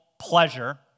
pleasure